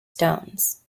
stones